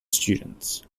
students